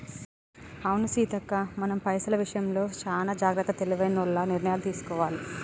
అవును సీతక్క మనం పైసల విషయంలో చానా జాగ్రత్తగా తెలివైనోల్లగ నిర్ణయాలు తీసుకోవాలి